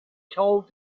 told